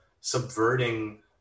subverting